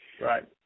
Right